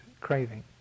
craving